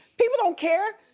people don't care,